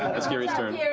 that's kiri's turn.